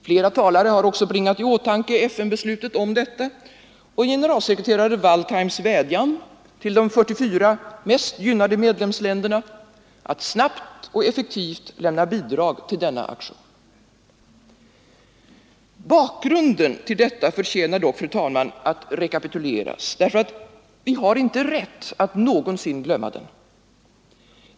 Flera talare har också bringat i åtanke FN-beslutet härom och generalsekreterare Waldheims vädjan till de 44 mest gynnade medlemsländerna att snabbt och effektivt lämna bidrag till denna aktion. Bakgrunden till detta förtjänar dock, fru talman, att rekapituleras, ty vi har inte rätt att någonsin glömma den.